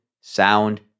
sound